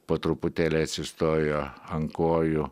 po truputėlį atsistojo ant kojų